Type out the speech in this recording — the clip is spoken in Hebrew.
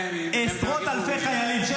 עשרות אלפי חיילים ------ ששת הימים.